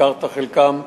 והזכרת את חלקן,